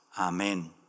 amen